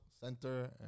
Center